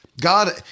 God